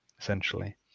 essentially